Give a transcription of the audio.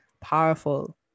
powerful